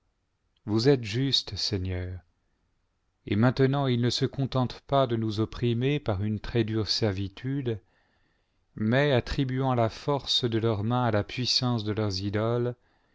vous êtes juste seigneur et maintenant ils ne se contentent pas de nous opprimer par une très dure servitude mais attribuant la force de leurs mains à la puissance de leurs idoles